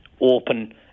open